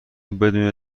بدون